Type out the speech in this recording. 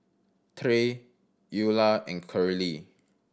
Tre Eula and Curley